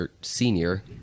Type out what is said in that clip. senior